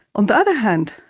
on the other hand,